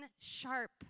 sharp